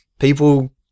People